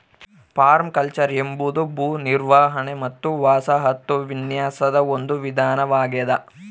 permaculture ಎಂಬುದು ಭೂ ನಿರ್ವಹಣೆ ಮತ್ತು ವಸಾಹತು ವಿನ್ಯಾಸದ ಒಂದು ವಿಧಾನವಾಗೆದ